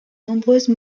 nombreuses